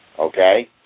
okay